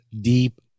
deep